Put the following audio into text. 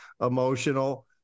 emotional